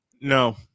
No